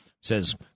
says